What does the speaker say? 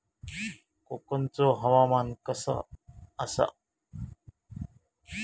कोकनचो हवामान कसा आसा?